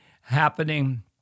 happening